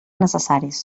necessaris